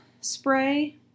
spray